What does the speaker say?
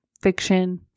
fiction